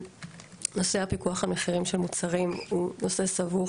נושא הפיקוח על מחירים של מוצרים הוא נושא סבוך,